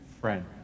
friend